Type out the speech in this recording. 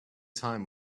time